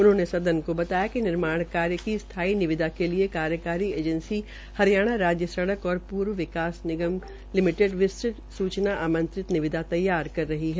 उन्होंने सदन को बताया कि निर्माण कार्य की स्थाई निविदा के लिये कार्यकारी एजेंसी हरियाणा राज्य सड़क और पूर्व विकास निगम लिमिप्रेड विस्तृत सूचना आमंत्रित निविदा तैयार कर रही है